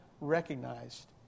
recognized